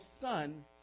son